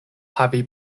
havi